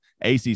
ACC